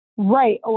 Right